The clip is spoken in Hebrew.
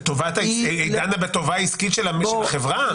היא דנה בטובה העסקית של החברה,